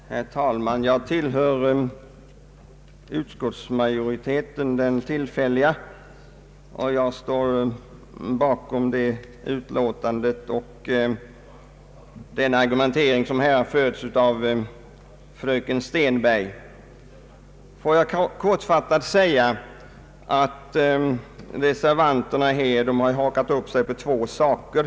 Herr talman! Jag tillhör den tillfälliga utskottsmajoriteten, och jag står bakom föreliggande utlåtande och den argumentering som här förts av fröken Stenberg. Jag vill helt kortfattat säga att reservanterna främst har hakat upp sig på två saker.